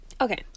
Okay